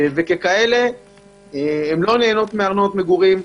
ולכן הן לא נהנות מארנונת מגורים,